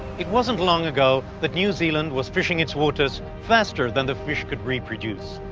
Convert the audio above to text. it wasn't long ago that new zealand was fishing its waters faster than the fish could reproduce.